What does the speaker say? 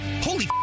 Holy